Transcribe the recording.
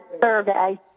survey